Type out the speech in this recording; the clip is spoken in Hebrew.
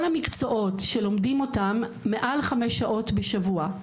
כל המקצועות שלומדים אותם מעל חמש שעות בשבוע,